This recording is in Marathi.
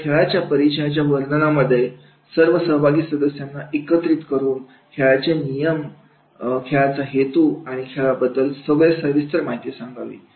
तर खेळाच्या परिचयाच्या वर्णनामध्ये सर्व सहभागी सदस्यांना एकत्रित करून खेळाचे नियम खेळाचा हेतू आणि खेळाबद्दल सगळे सविस्तर माहिती सांगावी